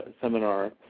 Seminar